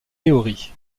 théorie